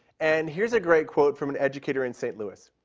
and here's a great quote from an educator in st. louis.